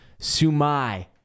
Sumai